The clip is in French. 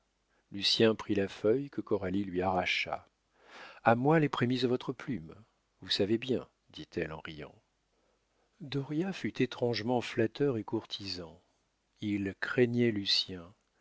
manlius lucien prit la feuille que coralie lui arracha a moi les prémices de votre plume vous savez bien dit-elle en riant dauriat fut étrangement flatteur et courtisan il craignait lucien il